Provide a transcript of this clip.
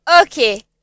okay